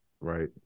right